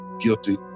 guilty